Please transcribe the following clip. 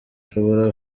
ushobora